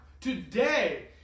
today